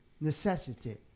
Necessity